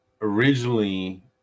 originally